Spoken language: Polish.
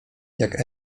jak